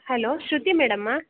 hello Shruti ಮೇಡಮ್ಮಾ